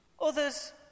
Others